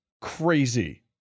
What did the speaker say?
crazy